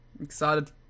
excited